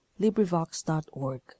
LibriVox.org